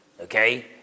okay